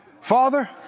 father